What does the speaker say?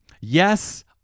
Yes